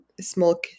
small